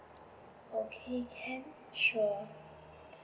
okay can sure